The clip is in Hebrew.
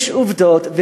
יש עובדות,